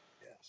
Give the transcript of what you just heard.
Yes